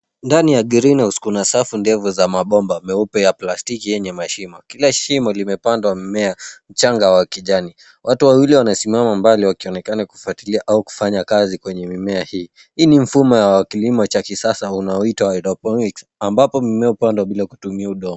Ndani ya greenhouse kuna safu ndefu za mabomba meupe ya plastiki yenye mashimo. Kila shimo limepandwa mmea mchanga wa kijani. Watu wawili wanasimama mbali wakionekana kufuatilia au kufanya kazi kwenye mimea hii. Hii ni mfumo wa kilimo cha kisasa unaoitwa hydroponics ambapo mimea hupandwa bila kutumia udongo.